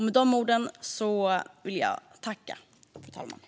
Med de orden tackar jag för ordet.